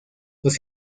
los